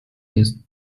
his